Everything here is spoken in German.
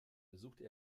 besuchte